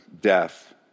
death